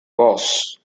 boss